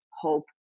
hope